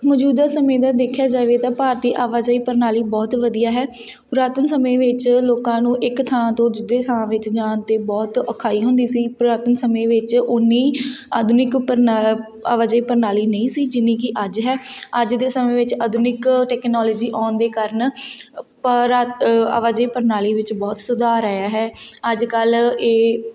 ਮੌਜੂਦਾ ਸਮੇਂ ਦਾ ਦੇਖਿਆ ਜਾਵੇ ਤਾਂ ਭਾਰਤੀ ਆਵਾਜਾਈ ਪ੍ਰਣਾਲੀ ਬਹੁਤ ਵਧੀਆ ਹੈ ਪੁਰਾਤਨ ਸਮੇਂ ਵਿੱਚ ਲੋਕਾਂ ਨੂੰ ਇੱਕ ਥਾਂ ਤੋਂ ਦੂਜੇ ਥਾਂ ਵਿੱਚ ਜਾਣ 'ਤੇ ਬਹੁਤ ਔਖਾਈ ਹੁੰਦੀ ਸੀ ਪੁਰਾਤਨ ਸਮੇਂ ਵਿੱਚ ਉਨੀ ਆਧੁਨਿਕ ਪਰਨਾ ਆਵਾਜਾਈ ਪ੍ਰਣਾਲੀ ਨਹੀਂ ਸੀ ਜਿੰਨੀ ਕਿ ਅੱਜ ਹੈ ਅੱਜ ਦੇ ਸਮੇਂ ਵਿੱਚ ਆਧੁਨਿਕ ਟੈਕਨੋਲਜੀ ਆਉਣ ਦੇ ਕਾਰਨ ਪਰਾ ਆਵਾਜਾਈ ਪ੍ਰਣਾਲੀ ਵਿੱਚ ਬਹੁਤ ਸੁਧਾਰ ਆਇਆ ਹੈ ਅੱਜ ਕੱਲ੍ਹ ਇਹ